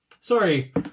Sorry